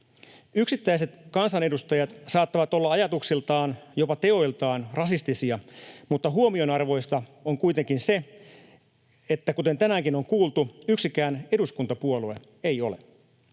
Yksittäiset kansanedustajat saattavat olla ajatuksiltaan, jopa teoiltaan, rasistisia, mutta huomionarvoista on kuitenkin se, kuten tänäänkin on kuultu, että yksikään eduskuntapuolue ei ole.